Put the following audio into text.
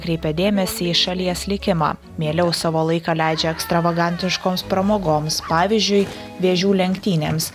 kreipia dėmesį į šalies likimą mieliau savo laiką leidžia ekstravagantiškoms pramogoms pavyzdžiui vėžių lenktynėms